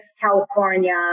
California